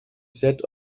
sat